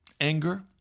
anger